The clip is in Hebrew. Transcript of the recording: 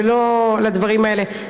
ולא לדברים האלה,